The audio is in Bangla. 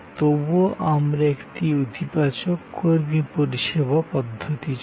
তবুও আমরা একটি ইতিবাচক কর্মী পরিষেবা পদ্ধতি চাই